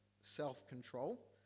self-control